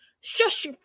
Shush